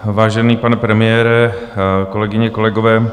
Vážený pane premiére, kolegyně, kolegové.